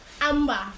amber